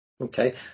Okay